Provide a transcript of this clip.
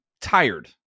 tired